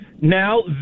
Now